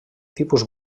tipus